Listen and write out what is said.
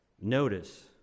Notice